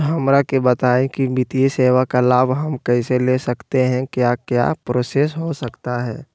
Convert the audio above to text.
हमरा के बताइए की वित्तीय सेवा का लाभ हम कैसे ले सकते हैं क्या क्या प्रोसेस हो सकता है?